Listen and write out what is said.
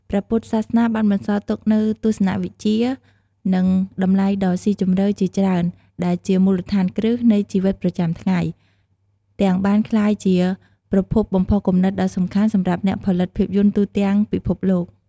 ព្រះពុទ្ធសាសនាបានបន្សល់ទុកនូវទស្សនវិជ្ជា និងតម្លៃដ៏ស៊ីជម្រៅជាច្រើនដែលជាមូលដ្ឋានគ្រឹះនៃជីវិតប្រចាំថ្ងៃ ទាំងបានក្លាយជាប្រភពបំផុសគំនិតដ៏សំខាន់សម្រាប់អ្នកផលិតភាពយន្តទូទាំងពិភពលោក។